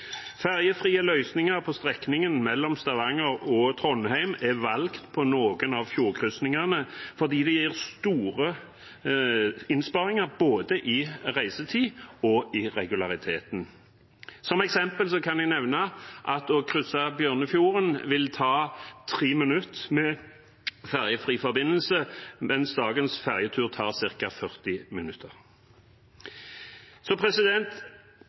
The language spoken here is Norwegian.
valgt på noen av fjordkryssingene fordi de gir store innsparinger både i reisetid og i regulariteten. Som eksempel kan jeg nevne at å krysse Bjørnefjorden vil ta tre minutter med fergefri forbindelse, mens dagens fergetur tar ca. 40 minutter.